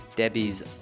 Debbie's